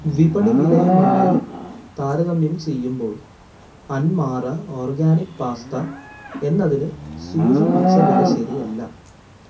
വിപണി വിലയുമായി താരതമ്യം ചെയ്യുമ്പോൾ അൻമാറ ഓർഗാനിക് പാസ്ത എന്നതിന് സൂചിപ്പിച്ച വില ശരിയല്ല